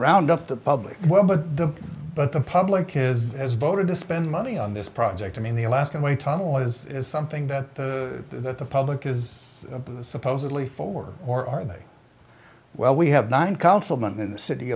round up the public well but the but the public has voted to spend money on this project i mean the alaskan way tunnel is something that the public is supposedly for or are they well we have one councilman in the city